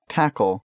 Tackle